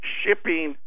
shipping